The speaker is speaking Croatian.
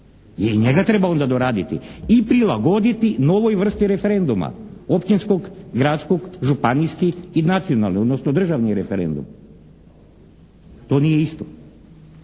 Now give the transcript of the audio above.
i njega treba onda doraditi i prilagoditi novoj vrsti referenduma općinskog, gradskog, županijskih i nacionalnih odnosno državni referendum. To nije isto.